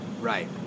Right